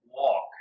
walk